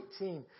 18